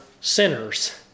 sinners